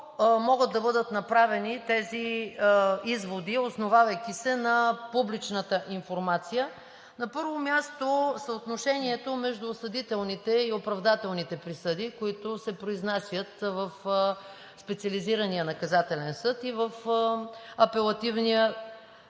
могат да бъдат направени тези изводи, основавайки се на публичната информация? На първо място, съотношението между осъдителните и оправдателните присъди, които се произнасят в Специализирания наказателен съд и в Апелативния